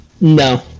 No